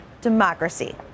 democracy